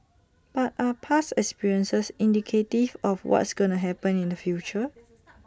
but are past experiences indicative of what's gonna happen in future